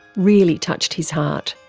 really touched his heart.